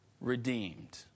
redeemed